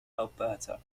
alberta